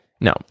No